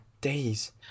days